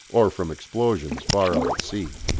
or from explosions far out at sea.